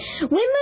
Women